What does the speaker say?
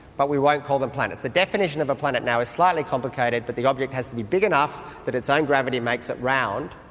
but we won't call them planets. the definition of a planet now is slightly complicated but the object has to be big enough that its own gravity makes it round.